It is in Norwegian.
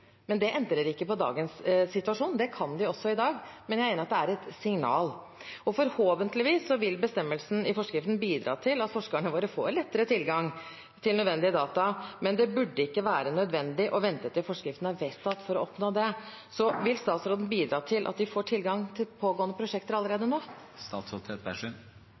men det endrer ikke på dagens situasjon – det kan de også i dag – men jeg enig i at det er et signal. Og forhåpentligvis vil bestemmelsen i forskriften bidra til at forskerne våre får lettere tilgang til nødvendige data, men det burde ikke være nødvendig å vente til forskriften er vedtatt for å oppnå det. Vil statsråden bidra til at de får tilgang til pågående prosjekter allerede nå?